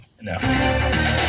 No